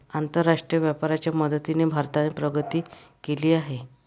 आंतरराष्ट्रीय व्यापाराच्या मदतीने भारताने प्रगती केली आहे